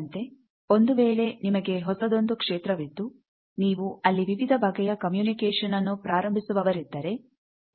ಅದರಂತೆ ಒಂದು ವೇಳೆ ನಿಮಗೆ ಹೊಸದೊಂದು ಕ್ಷೇತ್ರವಿದ್ದು ನೀವು ಅಲ್ಲಿ ವಿವಿಧ ಬಗೆಯ ಕಮ್ಯುನಿಕೇಶನ್ ಅನ್ನು ಪ್ರಾರಂಭಿಸುವವರಿದ್ದರೆ